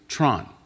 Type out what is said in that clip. Tron